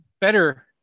better